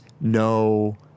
no—